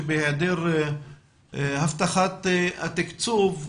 שבהיעדר הבטחת התקצוב,